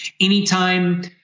Anytime